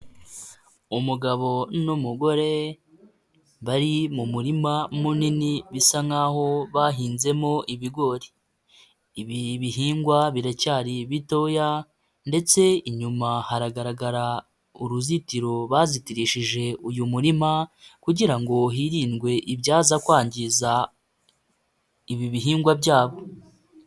Umugabo n'umugore bari mu murima munini bisa nkaho bahinzemo ibigori. Ibi bihingwa biracyari bitoya ndetse inyuma haragaragara uruzitiro bazitirishije uyu murima, kugira ngo hirindwe ibyaza kwangiza ibi bihingwa byabo.